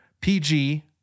PG